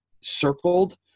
circled